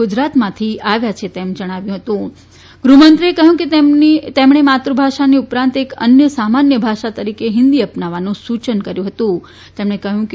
ગુજરાતમાંથી આવ્યા છે તેમ જણાવ્યું છેગૃહમંત્રીએ કહ્યું કે તેમણે માતૃ ભાષાની ઉપરાંત એક અન્ય સામાન્ય ભાષા તરીકે હિંદી અપનાવવાનું સૂચન કર્યું હતુંતેમણે કહ્યું કે